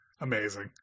Amazing